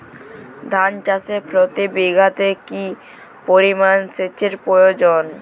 ধান চাষে প্রতি বিঘাতে কি পরিমান সেচের প্রয়োজন?